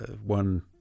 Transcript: one